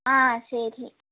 ஆ சரி